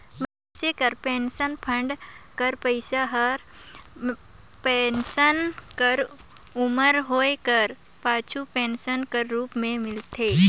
मइनसे कर pension fund कर पइसा हर पेंसन कर उमर होए कर पाछू पेंसन कर रूप में मिलथे